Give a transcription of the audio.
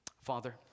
Father